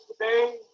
today